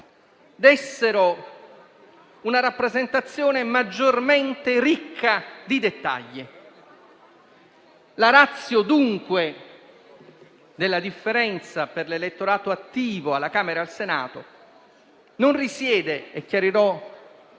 dessero una rappresentazione maggiormente ricca di dettagli. La *ratio*, dunque, della differenza tra l'elettorato attivo alla Camera e al Senato non risiede, come chiarirò